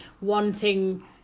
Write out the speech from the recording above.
wanting